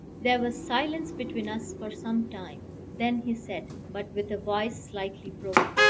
there was silence between us for some time then he said, but with a voice slightly broken,